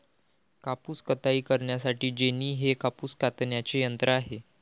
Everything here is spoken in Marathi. कापूस कताई करण्यासाठी जेनी हे कापूस कातण्याचे यंत्र आहे